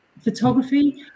photography